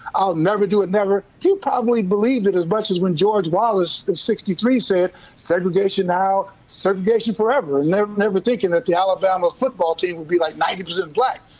i'll never do it, never, he probably believed it as much as when george wallace of sixty three said segregation now, segregation forever, never never thinking that the alabama football team would be like ninety percent black.